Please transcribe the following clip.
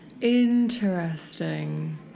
interesting